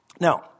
Now